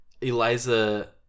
Eliza